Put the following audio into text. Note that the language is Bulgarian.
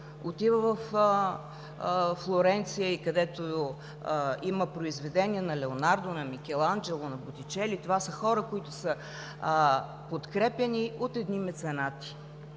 отива във Флоренция и където има произведения на Леонардо, на Микеланджело, на Ботичели – това са хора, които са подкрепяни от едни меценати.